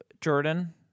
Jordan